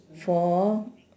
four